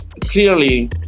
clearly